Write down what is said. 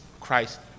Christ